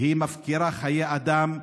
מפקירה חיי אדם,